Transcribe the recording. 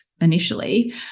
initially